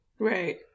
Right